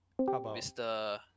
Mr